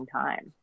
time